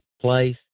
place